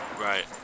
Right